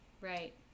right